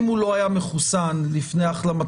אם הוא לא היה מחוסן לפני החלמתו,